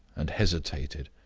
and hesitated.